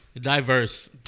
diverse